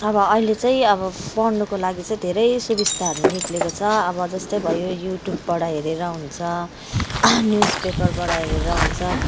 अब अहिले चाहिँ अब पढ्नुको लागि चाहिँ धेरै सुविस्ताहरू निक्लिएको छ अब जस्तै भयो युट्युबबाट हेरेर हुन्छ न्युजपेपरबाट हेरेर हुन्छ